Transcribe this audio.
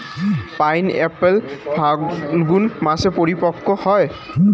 pineapple ফাল্গুন মাসে পরিপক্ব হয়